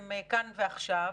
הם כאן ועכשיו.